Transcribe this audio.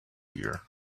here